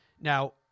Now